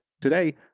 Today